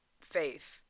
faith